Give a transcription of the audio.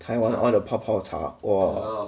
taiwan 的泡泡茶 !wah!